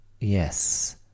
yes